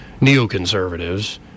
neoconservatives